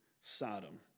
Sodom